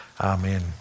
Amen